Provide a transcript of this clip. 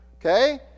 Okay